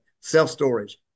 self-storage